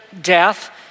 death